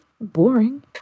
boring